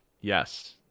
Yes